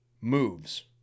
moves